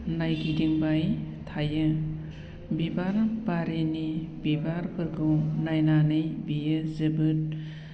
नायगिदिंबाय थायो बिबार बारिनि बिबारफोरखौ नायनानै बियो जोबोद